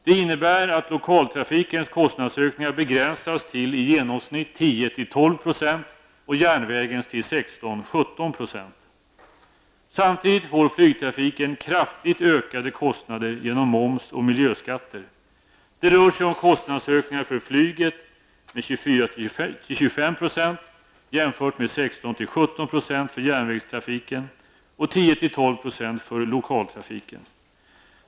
Det innebär att lokaltrafikens kostnadsökningar begränsas till i genomsnitt 10--12 % och järnvägens till 16--17 %. Samtidigt får flygtrafiken kraftigt ökade kostnader genom moms och miljöskatter. Det rör sig om kostnadsökningar för flyget med 24--25 % jämfört med 16--17 % för järnvägstrafiken och 10--12 % för lokaltrafiken.